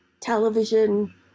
television